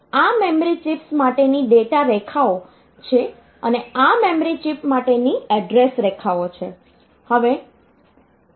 આ memory chips માટેની data રેખાઓ છે અને આ મેમરી ચિપ માટેની એડ્રેસ રેખાઓ છે